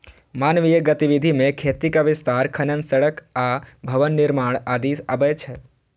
मानवीय गतिविधि मे खेतीक विस्तार, खनन, सड़क आ भवन निर्माण आदि अबै छै